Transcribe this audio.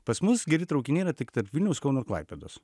pas mus geri traukiniai yra tik tarp vilniaus kauno klaipėdos